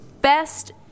best